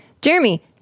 Jeremy